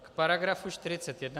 K § 41.